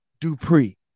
Dupree